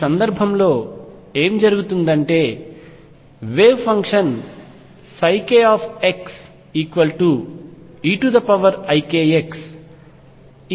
ఈ సందర్భంలో ఏం జరుగుతుందంటే వేవ్ ఫంక్షన్ kxeikx